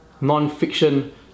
non-fiction